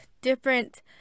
different